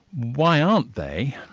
why aren't they?